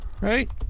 right